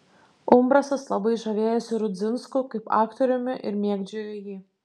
umbrasas labai žavėjosi rudzinsku kaip aktoriumi ir mėgdžiojo jį